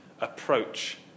approach